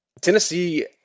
Tennessee